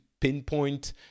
pinpoint